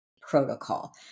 protocol